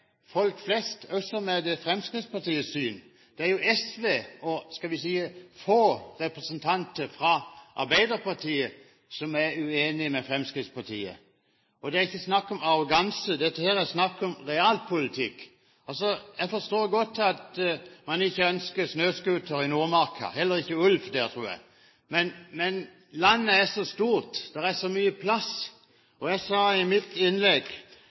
folk flest, som er Fremskrittspartiets syn. Det er SV og – skal vi si – få representanter fra Arbeiderpartiet som er uenig med Fremskrittspartiet. Det er ikke snakk om arroganse, dette her er snakk om realpolitikk. Jeg forstår godt at man ikke ønsker snøscooter i Nordmarka, og heller ikke ulv, tror jeg. Men landet er så stort, det er så mye plass. Jeg nevnte i mitt innlegg